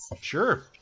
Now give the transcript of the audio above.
sure